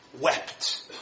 wept